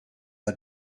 the